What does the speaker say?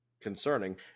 concerning